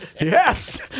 yes